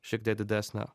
šiek tiek didesnė